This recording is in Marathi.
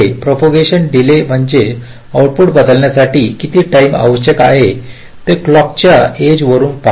प्रोपोगांशन डीले म्हणजे आउटपुट बदलण्यासाठी किती टाईम आवश्यक आहे ते क्लॉक च्या एजवरुन पहाणे